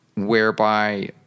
whereby